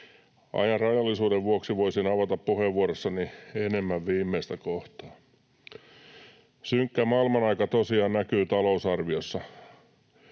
Ajan rajallisuuden vuoksi voisin avata puheenvuorossani enemmän viimeistä kohtaa. Synkkä maailmanaika tosiaan näkyy talousarviossa.